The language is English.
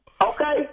okay